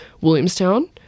Williamstown